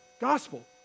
gospel